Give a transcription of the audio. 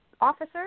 officer